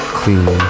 clean